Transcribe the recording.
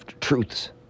truths